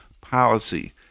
policy